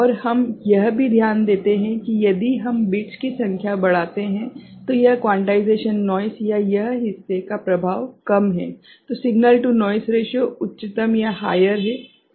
और हम यह भी ध्यान देते हैं कि यदि हम बिट्स की संख्या बढ़ाते हैं तो यह क्वांटाइजेशन नोइस या यह हिस्से का प्रभाव कम है तो सिग्नल टू नोइस रेशिओ उच्चतम है सही है